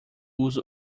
uso